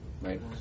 right